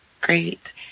great